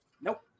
Nope